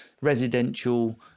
residential